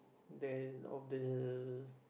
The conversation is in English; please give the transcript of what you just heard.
there of the